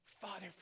Father